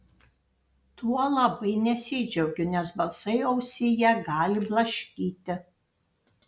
tuo labai nesidžiaugiu nes balsai ausyje gali blaškyti